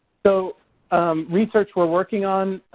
so research we're working on.